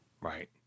Right